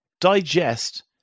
digest